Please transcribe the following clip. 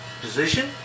position